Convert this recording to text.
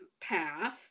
path